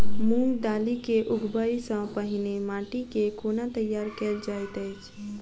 मूंग दालि केँ उगबाई सँ पहिने माटि केँ कोना तैयार कैल जाइत अछि?